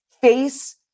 face